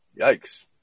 Yikes